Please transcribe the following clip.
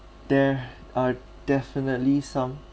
there are definitely some